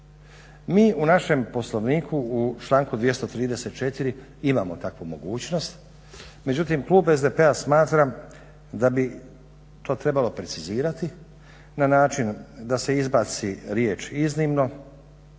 Mi u našem Poslovniku u članku 234. imamo takvu mogućnost, međutim klub SDP-a smatra da bi to trebalo precizirati na način da se izbaci riječ: "iznimno",